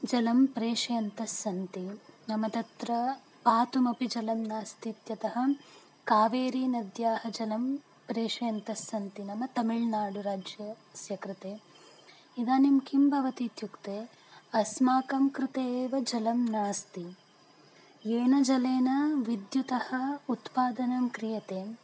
जलं प्रेषयन्तस्सन्ति नाम तत्र पातुमपि जलं नास्ति इत्यतः कावेरीनद्याः जलं प्रेषयन्तस्सन्ति नाम तमिळ्नाडुराज्यस्य कृते इदानीं किं भवति इत्युक्ते अस्माकं कृते एव जलं नास्ति येन जलेन विद्युत् उत्पादनं क्रियते